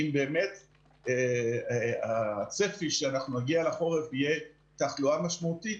אם באמת הצפי שאנחנו נגיע לחורף יהיה תחלואה משמעותית.